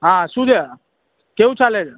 હા શું છે કેવું ચાલે છે